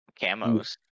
camos